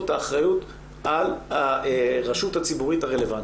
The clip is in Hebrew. את האחריות על הרשות הציבורית הרלוונטית.